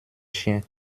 chiens